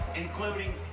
including